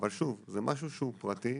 אבל שוב, זה משהו שהוא פרטי,